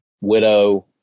widow